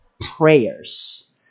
prayers